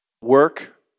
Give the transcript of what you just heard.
Work